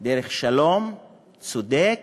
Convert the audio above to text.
דרך שלום צודק,